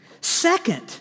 Second